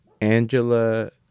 Angela